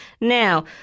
Now